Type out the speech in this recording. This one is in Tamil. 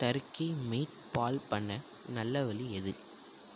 டர்கி மீட் பால் பண்ண நல்ல வழி எது